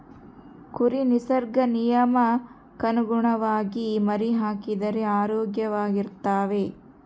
ಕುರಿ ನಿಸರ್ಗ ನಿಯಮಕ್ಕನುಗುಣವಾಗಿ ಮರಿಹಾಕಿದರೆ ಆರೋಗ್ಯವಾಗಿರ್ತವೆ